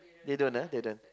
they don't ah they don't